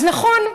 אז נכון,